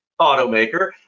automaker